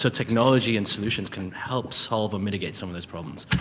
so technology and solutions can help solve or mitigate some of those problems.